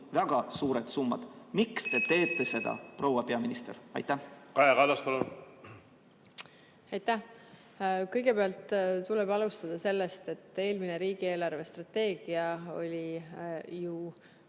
väga suured summad. Miks te teete seda, proua peaminister? Kaja Kallas, palun! Kaja Kallas, palun! Aitäh! Kõigepealt tuleb alustada sellest, et eelmine riigi eelarvestrateegia oli ju